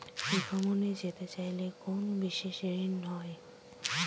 ভ্রমণে যেতে চাইলে কোনো বিশেষ ঋণ হয়?